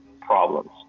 problems